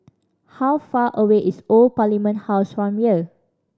how far away is Old Parliament House from here